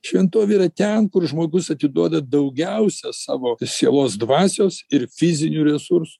šventovė yra ten kur žmogus atiduoda daugiausia savo sielos dvasios ir fizinių resursų